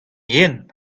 hent